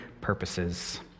purposes